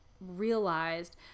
realized